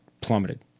plummeted